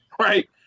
right